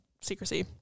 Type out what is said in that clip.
secrecy